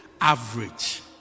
Average